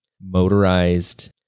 motorized